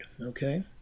okay